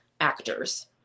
actors